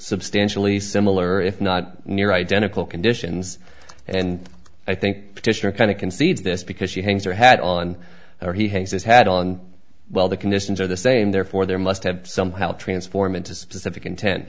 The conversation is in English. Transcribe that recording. substantially similar if not near identical conditions and i think petitioner kind of concedes this because she hangs or had on her he has his head on well the conditions are the same therefore there must have somehow transform into specific intent